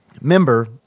Member